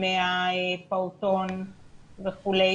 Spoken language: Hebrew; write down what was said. מהפעוטון וכולי,